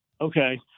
Okay